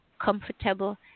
comfortable